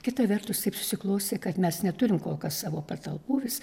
kita vertus taip susiklostė kad mes neturim kol kas savo patalpų vis